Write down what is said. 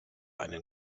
einen